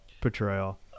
portrayal